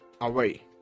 away